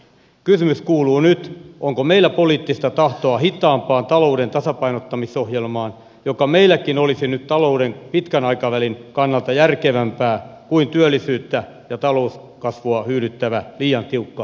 kysymys kuuluu nyt onko meillä poliittista tahtoa hitaampaan talouden tasapainottamisohjelmaan joka meilläkin olisi talouden pitkän aikavälin kannalta järkevämpää kuin työllisyyttä ja talouskasvua hyydyttävä liian tiukka leikkauslinja